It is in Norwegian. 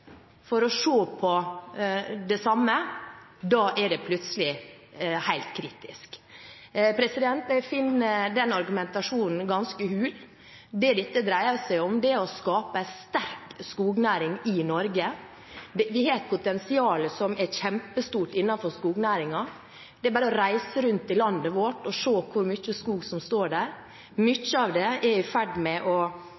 for å se på det samme, da er det plutselig helt kritisk? Jeg finner denne argumentasjonen ganske hul. Det dette dreier seg om, er å skape en sterk skognæring i Norge. Vi har et potensial som er kjempestort innenfor skognæringen. Det er bare å reise rundt i landet vårt og se hvor mye skog som står der. Mye av den er i ferd med kanskje å